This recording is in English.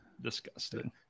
Disgusting